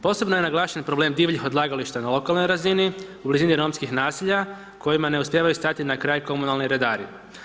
Posebno je naglašen problem divljih odlagališta na lokalnoj razini, u blizini romskih naselja kojima ne uspijevaju stati na kraj komunalni redari.